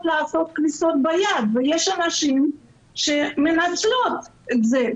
לעשות כביסה ביד ויש אנשים שמנצלים את זה.